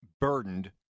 burdened